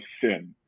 sin